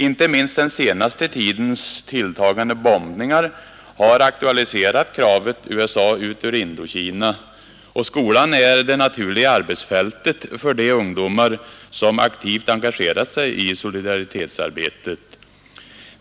Inte minst den senaste tidens tilltagande bombningar har aktualiserat kravet ”USA ut ur Indokina”. Skolan är det naturliga arbetsfältet för de ungdomar som aktivt engagerat sig i solidaritetsarbetet.